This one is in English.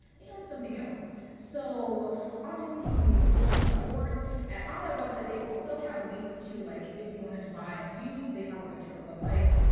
they own something else so obviously you can use like bookshop dot org and on that website they also have links to like if you wanted to buy it used, they have a different website.